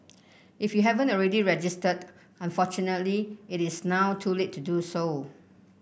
if you haven't already registered unfortunately it is now too late to do so